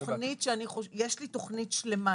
יש לי תכנית שלמה,